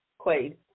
Quaid